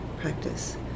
practice